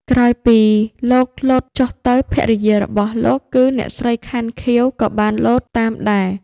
ក្រោយពីលោកលោតចុះទៅ ភរិយារបស់លោកគឺអ្នកស្រី ខាន់ ខៀវ ក៏បានលោតតាមដែរ។